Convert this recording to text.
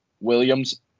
Williams